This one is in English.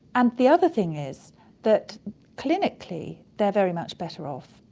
and the other thing is that clinically they're very much better off.